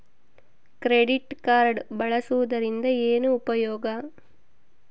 Credit card ಬಳಸುವದರಿಂದ ಏನು ಉಪಯೋಗ?